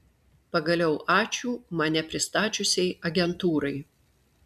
pagaliau ačiū mane pristačiusiai agentūrai